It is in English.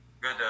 good